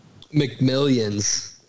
McMillions